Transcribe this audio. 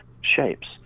shapes